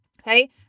Okay